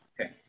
okay